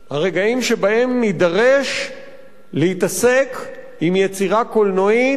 הרגעים שבהם נידרש להתעסק עם יצירה קולנועית ביקורתית,